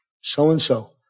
so-and-so